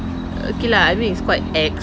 err okay lah I mean it's quite expensive